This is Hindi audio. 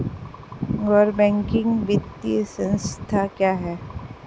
गैर बैंकिंग वित्तीय संस्था क्या है?